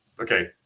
Okay